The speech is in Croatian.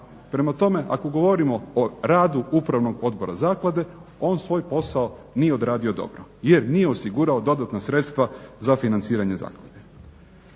Prema tome, ako govorimo o radu Upravnog odbora zaklade on svoj posao nije odradio dobro jer nije osigurao dodatna sredstva za financiranje zaklade.